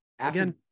Again